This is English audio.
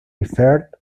referred